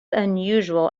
unusual